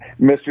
Mr